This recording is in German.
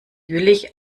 jüllich